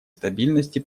стабильности